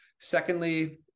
Secondly